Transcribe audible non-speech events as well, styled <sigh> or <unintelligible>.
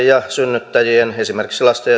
<unintelligible> ja esimerkiksi lasten <unintelligible>